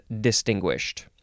distinguished